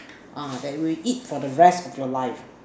uh that we eat for the rest of your life